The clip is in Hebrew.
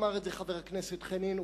אמר חבר הכנסת חנין,